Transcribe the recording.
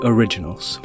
Originals